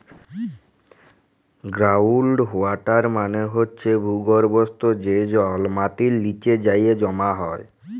ground water মালে হছে ভূগর্ভস্থ যে জল মাটির লিচে যাঁয়ে জমা হয়